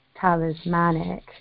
talismanic